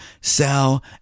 sell